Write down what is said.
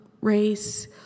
race